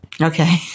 Okay